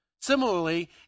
Similarly